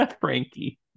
Frankie